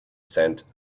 scent